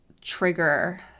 trigger